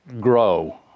grow